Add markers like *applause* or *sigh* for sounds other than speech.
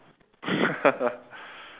*laughs*